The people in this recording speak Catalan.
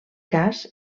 cas